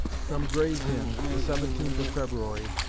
from gray's inn, the seventeenth of february,